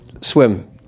swim